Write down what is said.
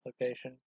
location